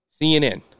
CNN